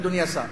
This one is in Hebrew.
אדוני השר.